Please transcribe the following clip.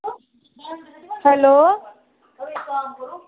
hello